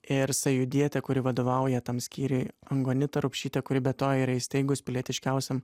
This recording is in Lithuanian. ir sąjūdietė kuri vadovauja tam skyriui angonita rupšytė kuri be to yra įsteigus pilietiškiausiam